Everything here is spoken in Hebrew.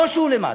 או שהוא למטה.